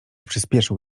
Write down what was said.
przyspieszył